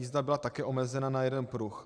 Jízda byla také omezena na jeden pruh.